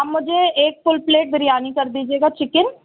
آپ مجھے ایک فل پلیٹ بریانی کر دیجیے گا چکن